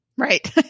Right